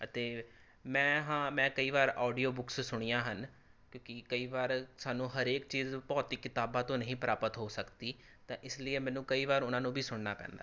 ਅਤੇ ਮੈਂ ਹਾਂ ਮੈਂ ਕਈ ਵਾਰ ਆਡੀਓ ਬੁਕਸ ਸੁਣੀਆਂ ਹਨ ਕਿਉਂਕਿ ਕਈ ਵਾਰ ਸਾਨੂੰ ਹਰੇਕ ਚੀਜ਼ ਭੌਤਿਕ ਕਿਤਾਬਾਂ ਤੋਂ ਨਹੀਂ ਪ੍ਰਾਪਤ ਹੋ ਸਕਦੀ ਤਾਂ ਇਸ ਲਈ ਇਹ ਮੈਨੂੰ ਕਈ ਵਾਰ ਉਨ੍ਹਾਂ ਨੂੰ ਵੀ ਸੁਣਨਾ ਪੈਂਦਾ ਹੈ